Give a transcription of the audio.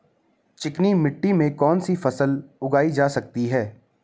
चिकनी मिट्टी में कौन सी फसल उगाई जा सकती है?